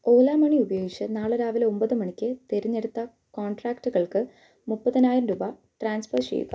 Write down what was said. ഓല money ഉപയോഗിച്ച് നാളെ രാവിലെ ഒൻപത് മണിക്ക് തിരഞ്ഞെടുത്ത കോൺട്രാക്റ്റുകൾക്ക് മുപ്പതിനായിരം രൂപ ട്രാൻസ്ഫർ ചെയ്യുക